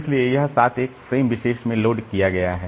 इसलिए यह 7 एक फ्रेम विशेष में लोड किया गया है